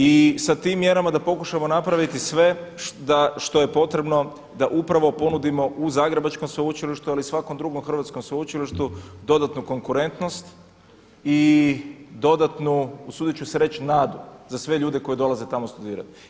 I sa tim mjerama da pokušamo napraviti sve što je potrebno da upravo ponudimo u Zagrebačkom sveučilištu, ali i u svakom drugom zagrebačkom sveučilištu dodatnu konkurentnost i dodatnu usudit ću se reći nadu za sve ljude koji dolaze tamo studirati.